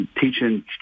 teaching